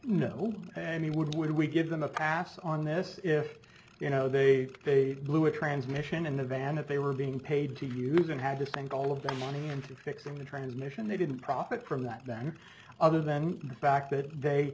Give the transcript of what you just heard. no and he would we give them a pass on this if you know they blew a transmission in the van if they were being paid to use and had to spend all of their money into fixing the transmission they didn't profit from that then other than the fact that they